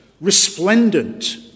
resplendent